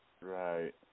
right